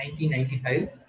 1995